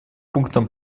пунктам